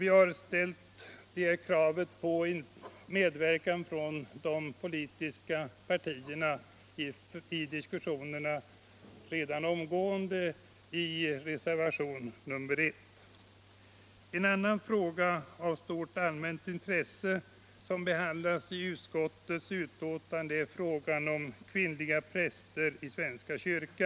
Vi har i reservationen 1 framfört det här kravet på de politiska partiernas medverkan i diskussionerna. En annan fråga av stort allmänt intresse som behandlas i utskottets betänkande är frågan om kvinnliga präster i svenska kyrkan.